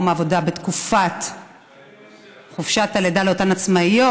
העבודה בתקופת חופשת הלידה לאותן עצמאיות,